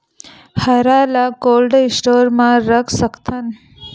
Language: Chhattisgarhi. हरा ल कोल्ड स्टोर म रख सकथन?